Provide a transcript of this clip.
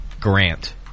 Grant